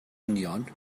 union